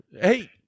Hey